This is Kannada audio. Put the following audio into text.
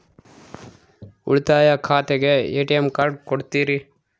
ಉಳಿತಾಯ ಖಾತೆಗೆ ಎ.ಟಿ.ಎಂ ಕಾರ್ಡ್ ಕೊಡ್ತೇರಿ?